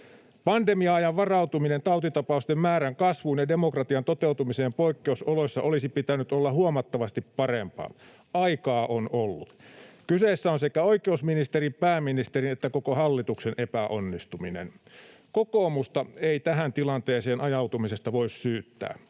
Pandemia-ajan varautumisen tautitapausten määrän kasvuun ja demokratian toteutumiseen poikkeusoloissa olisi pitänyt olla huomattavasti parempaa. Aikaa on ollut. Kyseessä on sekä oikeusministerin, pääministerin että koko hallituksen epäonnistuminen. Kokoomusta ei tähän tilanteeseen ajautumisesta voi syyttää.